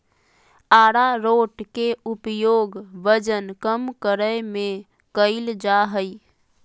आरारोट के उपयोग वजन कम करय में कइल जा हइ